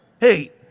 hey